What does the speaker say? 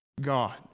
God